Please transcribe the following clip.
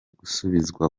gusubizwa